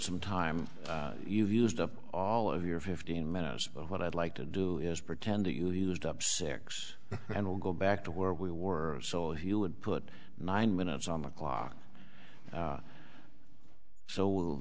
some time you've used up all of your fifteen minutes what i'd like to do is pretend you used up six and we'll go back to where we were sol he would put nine minutes on the clock